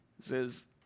says